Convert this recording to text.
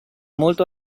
molto